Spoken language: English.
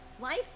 life